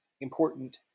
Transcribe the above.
important